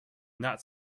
not